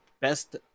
best